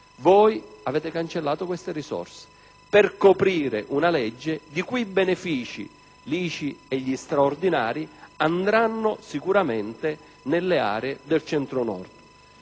voi avete cancellato queste risorse per coprire una legge i cui benefici (l'ICI e gli straordinari) andranno sicuramente nelle aree del Centro-Nord.